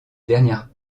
dernière